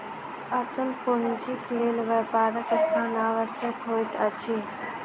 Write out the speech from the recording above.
अचल पूंजीक लेल व्यापारक स्थान आवश्यक होइत अछि